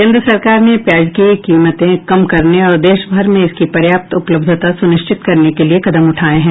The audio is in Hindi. केंद्र सरकार ने प्याज की कीमतें कम करने और देश भर में इसकी पर्याप्त उपलब्धता सुनिश्चित करने के लिए कदम उठाए हैं